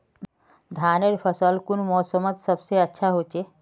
धानेर फसल कुन मोसमोत सबसे अच्छा होचे?